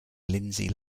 lindsay